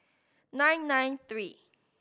nine nine three